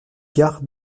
gare